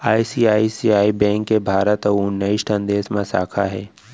ICICI bank के भारत अउ उन्नीस ठन देस म साखा हे